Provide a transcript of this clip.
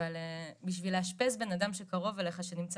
אבל לאשפז בן אדם שקרוב אליך שנמצא